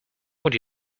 would